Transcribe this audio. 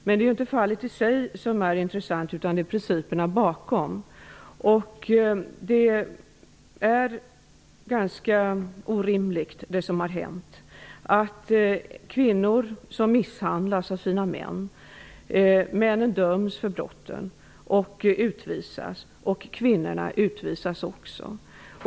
Men det är inte fallet i sig som är intressant, utan det är principerna bakom som är intressanta. Det som har hänt är orimligt. Kvinnor misshandlas av sina män. Männen döms för brotten och utvisas, och kvinnorna utvisas också.